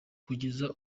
kugeza